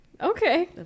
Okay